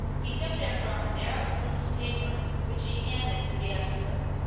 he took therefrom a narrow slip of paper which he handed to the expert.